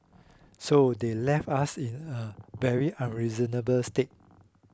so they left us in a very unreasonable state